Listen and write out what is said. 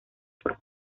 por